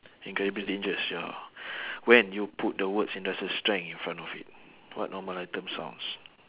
incredibly dangerous ya when you put the words industrial strength in front of it what normal item sounds